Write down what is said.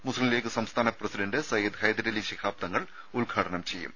മുസ്ലിംലീഗ് സംസ്ഥാന പ്രസിഡന്റ് സയ്യിദ് ഹൈദരലി ശിഹാബ് തങ്ങൾ ഉദ്ഘാടനം ചെയ്യും